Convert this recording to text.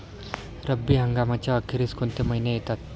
रब्बी हंगामाच्या अखेरीस कोणते महिने येतात?